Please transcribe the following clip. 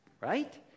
right